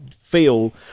feel